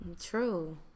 True